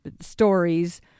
stories